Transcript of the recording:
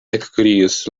ekkriis